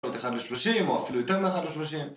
יכול להיות 1 ל-30, או אפילו יותר מ-1 ל-30